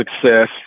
success